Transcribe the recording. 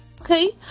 Okay